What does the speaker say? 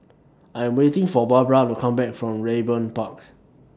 I'm waiting For Barbra to Come Back from Raeburn Park